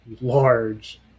large